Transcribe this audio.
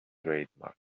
trademark